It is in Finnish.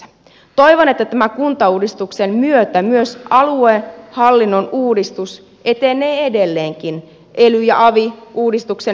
toivon että tämän kuntauudistuksen myötä myös aluehallinnon uudistus etenee edelleenkin ely ja avi uudistuksen myötä